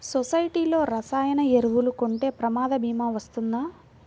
సొసైటీలో రసాయన ఎరువులు కొంటే ప్రమాద భీమా వస్తుందా?